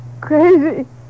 crazy